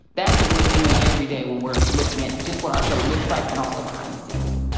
that's what we're doing every day when we're looking at just what our show looks like and also behind the scenes.